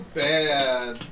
bad